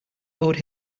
owed